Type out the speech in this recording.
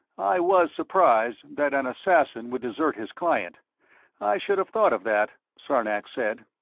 i was surprised that an assassin would desert his client i should have thought of that, sarnax said.